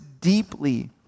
deeply